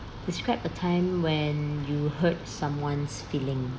describe a time when you hurt someone's feeling